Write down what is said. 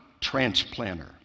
transplanter